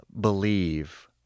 believe